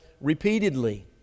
repeatedly